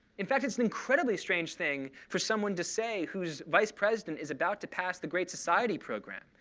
in fact, it's an incredibly strange thing for someone to say whose vice president is about to pass the great society program,